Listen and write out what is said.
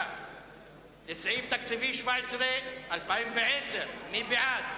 סעיף 15, משרד הביטחון, לשנת 2010, נתקבל.